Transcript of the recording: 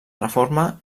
reforma